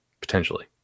potentially